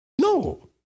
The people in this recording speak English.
No